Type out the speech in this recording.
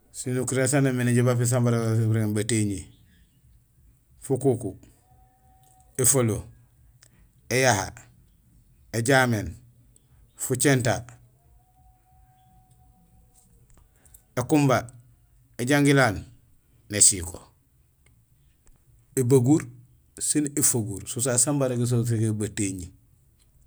Sinukuréén san némé néjoow bépinul san barogé so bu régmé batéñi: fukuku, éfalo, éyaha, éjaméén, fujinta, ékumba, éjangilaan, nésiko, ébaguur sin éfaguur; so sasé san barogéso bu régmé batéñi.